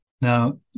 Now